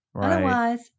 Otherwise